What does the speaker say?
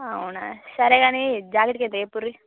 అవునా సరేగాని జాకెట్కి అయితే చెప్పండి